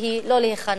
שהיא לא להיכנע.